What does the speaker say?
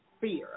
fear